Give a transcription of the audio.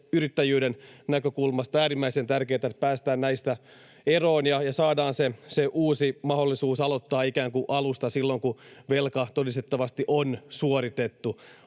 yrittäjyyden näkökulmasta äärimmäisen tärkeätä, että päästään näistä eroon ja saadaan se uusi mahdollisuus aloittaa ikään kuin alusta silloin, kun velka todistettavasti on suoritettu.